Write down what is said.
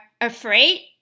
afraid